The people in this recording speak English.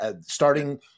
Starting